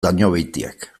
dañobeitiak